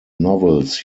novels